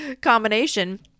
combination